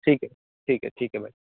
ٹھیک ہے ٹھیک ہے ٹھیک ہے بھائی